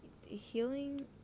healing